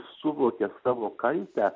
suvokia savo kaltę